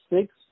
six